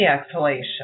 exhalation